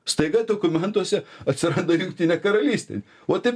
staiga dokumentuose atsirado jungtinė karalystė o taip